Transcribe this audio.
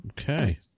Okay